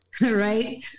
Right